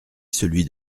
celui